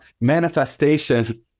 manifestation